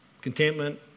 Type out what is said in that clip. contentment